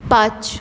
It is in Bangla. পাঁচ